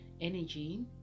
energy